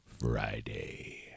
Friday